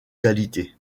qualité